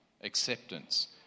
acceptance